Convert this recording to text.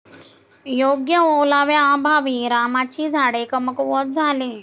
योग्य ओलाव्याअभावी रामाची झाडे कमकुवत झाली